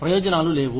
ప్రయోజనాలు లేవు